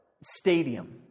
stadium